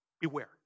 Beware